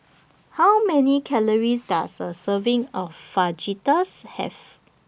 How Many Calories Does A Serving of Fajitas Have